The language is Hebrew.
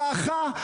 דעכה.